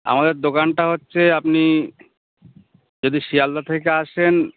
আমাদের দোকানটা হচ্ছে আপনি যদি শিয়ালদা থেকে আসেন